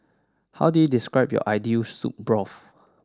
how do you describe your ideal soup broth